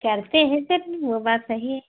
करते हैं वो बात नहीं है